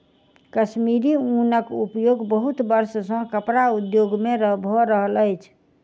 कश्मीरी ऊनक उपयोग बहुत वर्ष सॅ कपड़ा उद्योग में भ रहल अछि